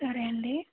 సరే అండి